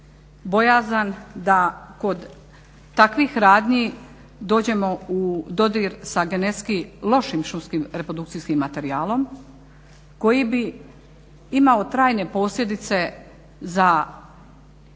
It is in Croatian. bojazan da kod takvih radnji dođemo u dodir sa genetski lošim šumskim reprodukcijskim materijalom koji bi imao trajne posljedice za okoliš,